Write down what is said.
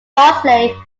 barnsley